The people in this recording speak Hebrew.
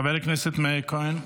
חבר הכנסת מאיר כהן,